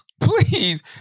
please